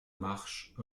marche